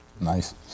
nice